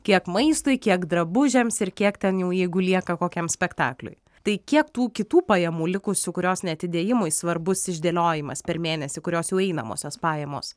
kiek maistui kiek drabužiams ir kiek ten jau jeigu lieka kokiam spektakliui tai kiek tų kitų pajamų likusių kurios ne atidėjimui svarbus išdėliojimas per mėnesį kurios jau einamosios pajamos